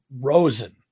Rosen